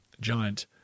giant